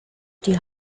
die